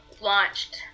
launched